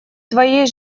твоей